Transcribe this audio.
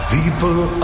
People